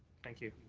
thank you,